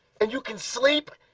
and you can sleep?